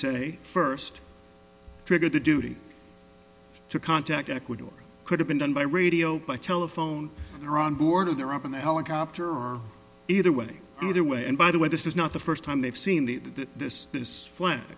say first trigger the duty to contact ecuador could have been done by radio by telephone there on board of there up on the helicopter or either way either way and by the way this is not the first time they've seen the this this fun